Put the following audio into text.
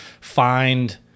find